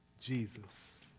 Jesus